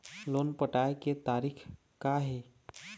Loan पटाए के तारीख़ का हे?